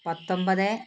പത്തൊമ്പത്